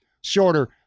shorter